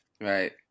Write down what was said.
Right